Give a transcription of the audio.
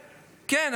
כן.